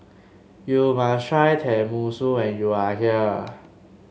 you must try Tenmusu when you are here